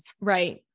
right